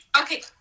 Okay